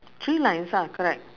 three lines ah correct